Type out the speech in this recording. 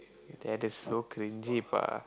that is so cringy pa